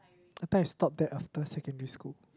but it stops that after secondary school